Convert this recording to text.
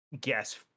guess